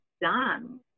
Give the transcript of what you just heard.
done